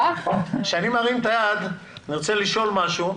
כשאני מרים את היד, אני רוצה לשאול משהו.